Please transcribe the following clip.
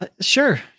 sure